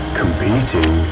competing